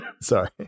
Sorry